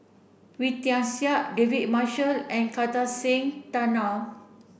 Wee Tian Siak David Marshall and Kartar Singh Thakral